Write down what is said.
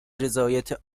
رضایت